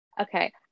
Okay